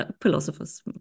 philosophers